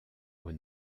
aux